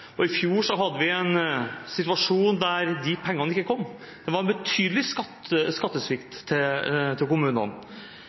I fjor hadde vi en situasjon der de pengene ikke kom. Det var en betydelig skattesvikt til kommunene.